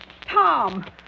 Tom